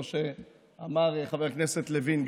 כמו שאמר חבר הכנסת לוין,